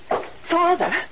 Father